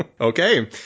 okay